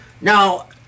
Now